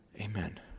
Amen